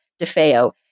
DeFeo